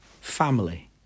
family